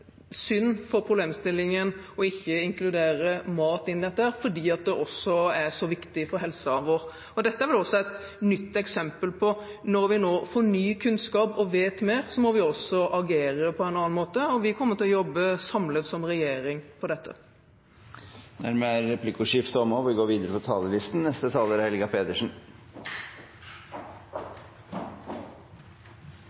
synd for problemstillingen ikke å inkludere mat i dette, fordi det er så viktig for helsa vår. Dette er også et nytt eksempel på at når vi nå får ny kunnskap og vet mer, må vi også agere på en annen måte, og vi kommer til å jobbe samlet som regjering med dette. Replikkordskiftet er omme. Vitenskapen og